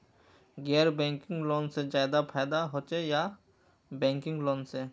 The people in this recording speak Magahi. गैर बैंकिंग लोन से ज्यादा फायदा होचे या बैंकिंग लोन से?